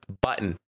Button